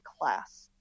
class